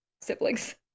siblings